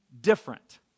different